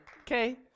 Okay